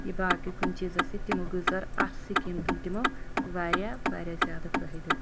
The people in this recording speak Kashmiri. یہِ باقٕے کُنہِ چیٖزو سۭتۍ تِمو گُزٲر اَتھ سِکیٖم تُل تِمو واریاہ واریاہ زیادٕ فٲیدٕ